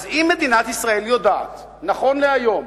אז אם מדינת ישראל יודעת, נכון להיום,